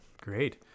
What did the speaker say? Great